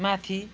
माथि